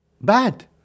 Bad